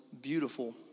beautiful